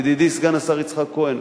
ידידי סגן השר יצחק כהן,